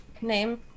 name